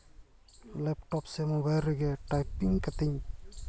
laptop ᱥᱮ mobile ᱨᱮᱜᱮ typing ᱠᱟᱛᱤᱧ